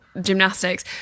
gymnastics